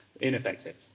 Ineffective